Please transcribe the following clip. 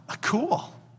Cool